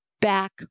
back